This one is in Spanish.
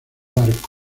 barco